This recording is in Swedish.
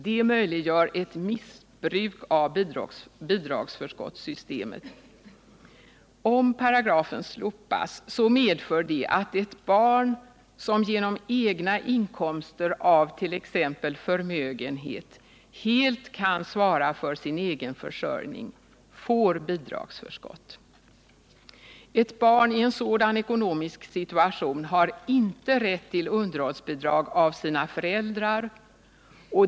Det möjliggör ett missbruk av bidragsförskottssystemet. Om paragrafen slopas medför det att ett barn som genom egna inkomster av t.ex. förmögenhet helt kan svara för sin egen försörjning får bidragsförskott. Ett barn i en sådan ekonomisk situation har inte rätt till underhållsbidrag från sina föräldrar.